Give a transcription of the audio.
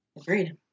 Agreed